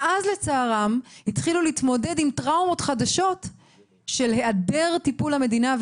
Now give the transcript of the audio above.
ואז לצערם החלו להתמודד עם טראומות חדשות של העדר טיפול המדינה,